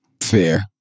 Fair